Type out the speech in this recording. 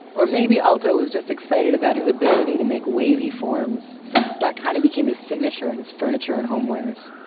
or maybe aalto was just excited about his ability to make wavy forms since that kind of became his signature in his furniture and homewares.